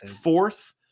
fourth